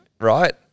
Right